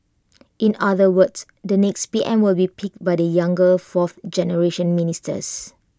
in other words the next P M will be picked by the younger fourth generation ministers